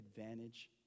advantage